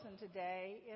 today